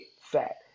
fat